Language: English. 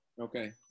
Okay